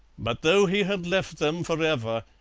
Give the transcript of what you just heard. but, though he had left them for ever,